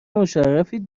مشرفید